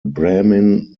brahmin